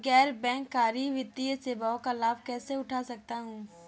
गैर बैंककारी वित्तीय सेवाओं का लाभ कैसे उठा सकता हूँ?